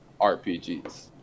RPGs